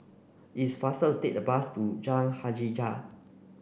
is faster take the bus to Jalan Hajijah